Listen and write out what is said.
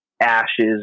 ashes